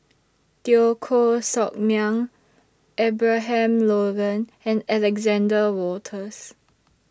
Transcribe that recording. Teo Koh Sock Miang Abraham Logan and Alexander Wolters